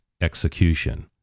execution